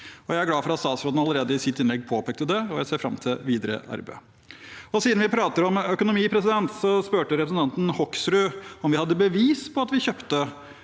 Jeg er glad for at statsråden allerede i sitt innlegg påpekte det, og jeg ser fram til det videre arbeidet. Siden vi prater om økonomi, spurte representanten Hoksrud om vi hadde bevis på at vi kjøpte